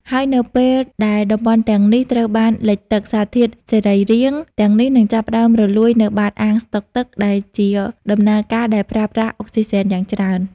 ហើយនៅពេលដែលតំបន់ទាំងនេះត្រូវបានលិចទឹក សារធាតុសរីរាង្គទាំងនេះនឹងចាប់ផ្តើមរលួយនៅបាតអាងស្តុកទឹក ដែលជាដំណើរការដែលប្រើប្រាស់អុកស៊ីហ្សែនយ៉ាងច្រើន។